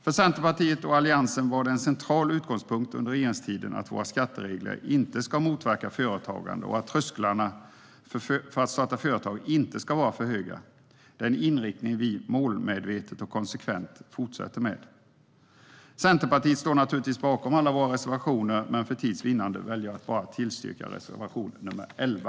För Centerpartiet och Alliansen var det en central utgångspunkt under regeringstiden att våra skatteregler inte ska motverka företagande och att trösklarna för att starta företag inte ska vara för höga. Det är en inriktning vi målmedvetet och konsekvent fortsätter med. Vi i Centerpartiet står naturligtvis bakom alla våra reservationer, men för tids vinnande väljer jag att yrka bifall till endast reservation nr 11.